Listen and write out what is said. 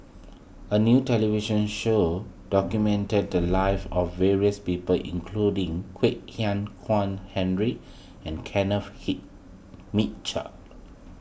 a new television show documented the lives of various people including Kwek Hian Chuan Henry and Kenneth Mitchell